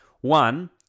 one